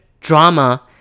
drama